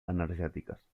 energètiques